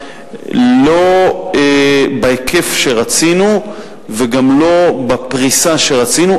לא בהיקף שרצינו וגם לא בפריסה שרצינו.